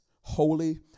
holy